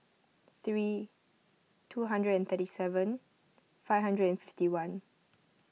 three two hundred and thirty seven five hundred and fifty one